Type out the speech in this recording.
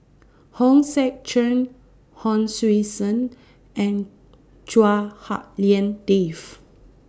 Hong Sek Chern Hon Sui Sen and Chua Hak Lien Dave